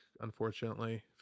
unfortunately